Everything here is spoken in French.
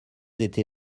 été